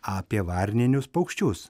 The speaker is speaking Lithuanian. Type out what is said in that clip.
apie varninius paukščius